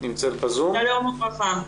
שלום וברכה.